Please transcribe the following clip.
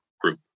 group